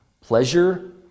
Pleasure